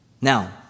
Now